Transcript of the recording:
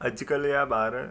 अॼुकल्ह जा ॿार